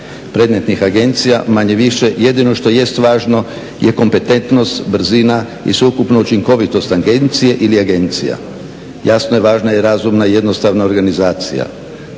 predmetnih agencija. Manje-više jedino što jest važno je kompetentnost, brzina i sveukupno učinkovitost agencije ili agencija. Jasno je važna i razumna i jednostavna organizacija.